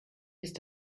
ist